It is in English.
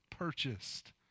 Purchased